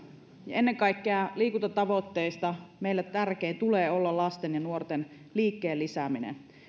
ennen kaikkea liikuntatavoitteista meille tärkeimmän tulee olla lasten ja nuorten liikkeen lisääminen